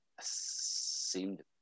seemed